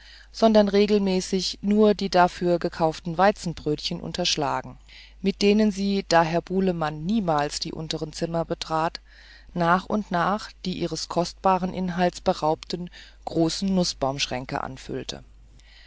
sondern regelmäßig nur die dafür gekauften weizenbrötchen unterschlagen mit denen sie da herr bulemann niemals die unteren zimmer betrat nach und nach die ihres kostbaren inhalts beraubten großen nußbaumschränke anfüllte